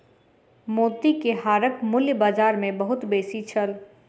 मोती के हारक मूल्य बाजार मे बहुत बेसी छल